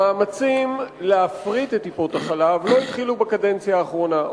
המאמצים להפריט את טיפות-החלב לא התחילו בקדנציה האחרונה.